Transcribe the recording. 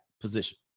position